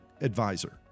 advisor